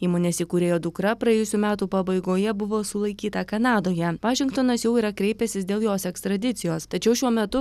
įmonės įkūrėjo dukra praėjusių metų pabaigoje buvo sulaikyta kanadoje vašingtonas jau yra kreipęsis dėl jos ekstradicijos tačiau šiuo metu